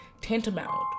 tantamount